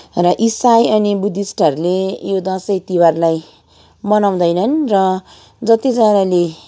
र इसाई अनि बुद्धिस्टहरूले यो दसैँ तिहारलाई मनाउँदैनन् र जतिजनाले